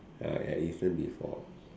ya I eaten before